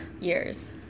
years